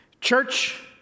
Church